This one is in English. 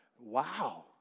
wow